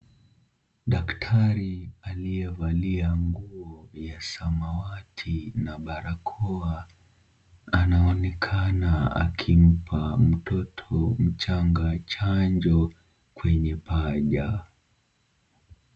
Daktari aliyevalia nguo ya samawati na barakoa, anaonekana akimpa mtoto mchanga chanjo kwenye paja.